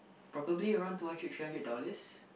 probably around two or three hundred dollars